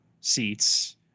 seats